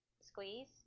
Squeeze